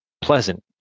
pleasant